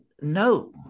no